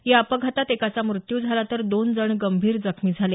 या अपघातात एकाचा मृत्यू झाला तर दोन जण गंभीर जखमी झाले